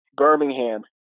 Birmingham